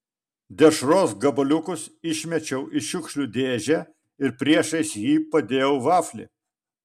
dešros gabaliukus išmečiau į šiukšlių dėžę ir priešais jį padėjau vaflį